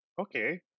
Okay